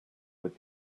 with